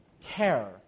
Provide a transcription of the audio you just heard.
care